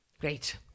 Great